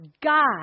God